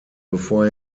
bevor